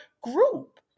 group